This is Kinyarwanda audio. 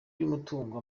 y’umutungo